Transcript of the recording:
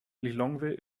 lilongwe